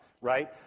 right